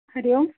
हरिः ओम्